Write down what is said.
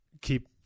keep